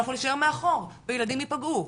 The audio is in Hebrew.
אנחנו נישאר מאחור והילדים ייפגעו.